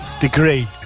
degree